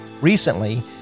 Recently